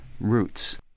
roots